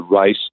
race